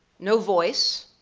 no voice,